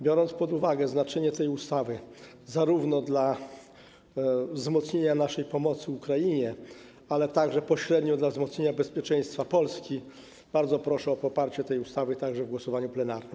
Biorąc pod uwagę znaczenie tej ustawy zarówno dla wzmocnienia naszej pomocy Ukrainie, jak i pośrednio dla wzmocnienia bezpieczeństwa Polski, bardzo proszę o poparcie tej ustawy także w głosowaniu plenarnym.